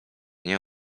nie